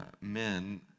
men